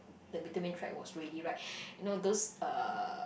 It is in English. the vitamin track was ready right you know those uh